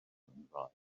ngwraig